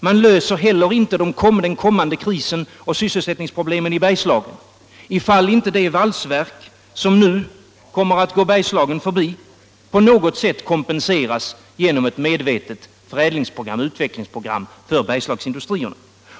Man klarar heller inte den kommande krisen och sysselsättningsproblemen i Bergslagen, ifall inte det valsverk som nu kommer att gå Bergslagen förbi på något sätt kompenseras genom ett medvetet förädlingsprogram och utvecklingsprogram för Bergslagsindustrierna.